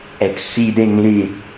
exceedingly